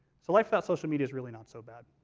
so life without social media is really not so bad.